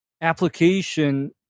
application